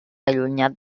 allunyat